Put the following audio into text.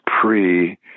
pre